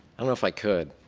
i don't know if i could.